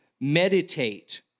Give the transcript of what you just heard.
meditate